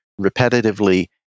repetitively